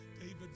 David